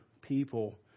people